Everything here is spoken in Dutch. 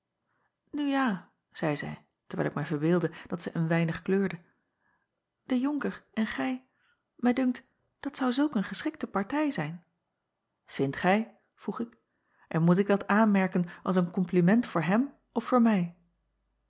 u ja zeî zij terwijl ik mij verbeeldde dat zij een weinig kleurde de onker en gij mij dunkt dat zou zulk een geschikte partij zijn indt gij vroeg ik en moet ik dat aanmerken als een kompliment voor hem of voor mij